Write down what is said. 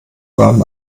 waren